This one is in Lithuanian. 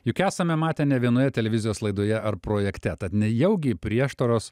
juk esame matę ne vienoje televizijos laidoje ar projekte tad nejaugi prieštaros